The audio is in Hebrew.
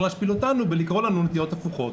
להשפיל אותנו ולקרוא לנו נטיות הפוכות.